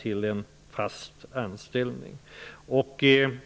till en fast anställning.